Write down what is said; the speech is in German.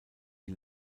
die